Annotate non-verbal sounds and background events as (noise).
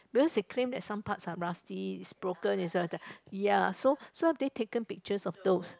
because they claim that some parts are rusty is broken is (noise) yeah so so they taken pictures of those